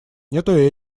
нету